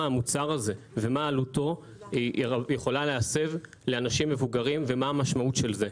המוצר הזה ומה עלותו יכולה להסב לאנשים מבוגרים ומה המשמעות של זה.